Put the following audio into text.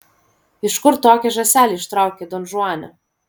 iš kur tokią žąselę ištraukei donžuane